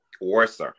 worse